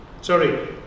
Sorry